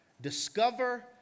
Discover